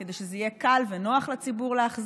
כדי שיהיה לציבור קל ונוח להחזיר.